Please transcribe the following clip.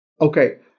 Okay